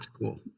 cool